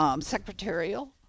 Secretarial